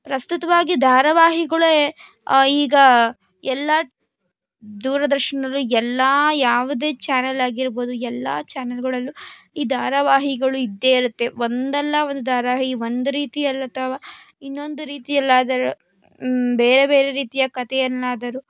ಪ್ರಸ್ತುತವಾಗಿ ಧಾರಾವಾಹಿಗಳೇ ಈಗ ಎಲ್ಲ ದೂರದರ್ಶನದಲ್ಲು ಎಲ್ಲ ಯಾವುದೇ ಚಾನೆಲ್ ಆಗಿರ್ಬೋದು ಎಲ್ಲ ಚಾನೆಲ್ಗಳಲ್ಲು ಈ ಧಾರಾವಾಹಿಗಳು ಇದ್ದೇ ಇರುತ್ತೆ ಒಂದಲ್ಲ ಒಂದು ಧಾರಾವಾಹಿ ಒಂದು ರೀತಿಯಲ್ಲಿ ಅಥವಾ ಇನ್ನೊಂದು ರೀತಿಯಲ್ಲಾದರು ಬೇರೆ ಬೇರೆ ರೀತಿಯ ಕಥೆಯನ್ನಾದರು